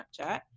Snapchat